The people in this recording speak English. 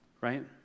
Right